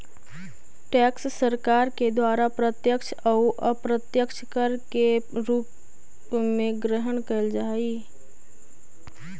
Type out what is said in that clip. tax सरकार के द्वारा प्रत्यक्ष अउ अप्रत्यक्ष कर के रूप में ग्रहण कैल जा हई